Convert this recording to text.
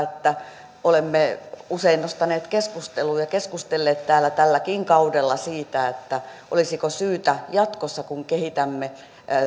minkä olemme usein nostaneet keskusteluun ja mistä olemme keskustelleet täällä tälläkin kaudella että olisiko syytä jatkossa kun kehitämme